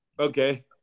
Okay